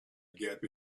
gap